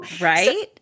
Right